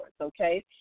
okay